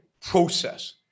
process